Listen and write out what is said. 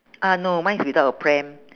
ah no mine is without a pram